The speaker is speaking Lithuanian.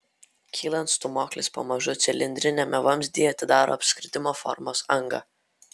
kylant stūmoklis pamažu cilindriniame vamzdyje atidaro apskritimo formos angą